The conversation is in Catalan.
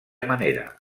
manera